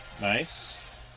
Nice